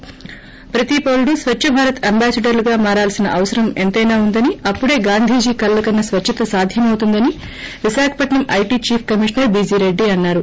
ి ప్రతి పౌరుడు స్వచ్చభారత్ అంబాసిడర్లుగా మారవల్పిన ఆవశ్యకత ఎంతైనా ఉందని అప్పుడే గాంధీజీ కలలు కన్న స్వచ్చత సాధ్యమవుతుందని Visakhapatnam IT chief commissioner BG Reddy అన్నారు